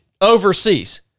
overseas